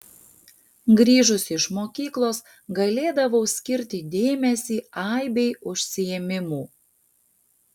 grįžusi iš mokyklos galėdavau skirti dėmesį aibei užsiėmimų